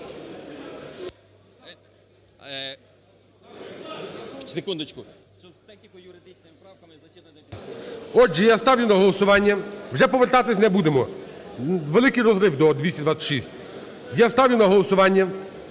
Отже, я ставлю на голосування… Вже повертатися не будемо, великий розрив до 226. Я ставлю на голосування